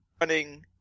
running